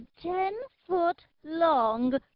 ten-foot-long